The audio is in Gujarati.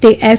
તે એફ